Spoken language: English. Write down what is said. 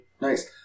Nice